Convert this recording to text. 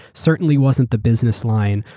certainly wasn't the business line,